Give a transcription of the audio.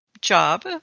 job